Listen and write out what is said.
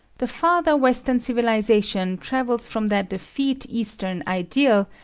the farther western civilisation travels from that effete eastern ideal,